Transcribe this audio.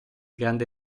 grande